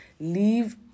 Leave